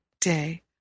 day